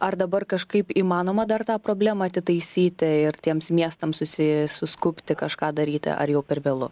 ar dabar kažkaip įmanoma dar tą problemą atitaisyti ir tiems miestams susi suskubti kažką daryti ar jau per vėlu